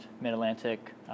Mid-Atlantic